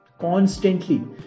constantly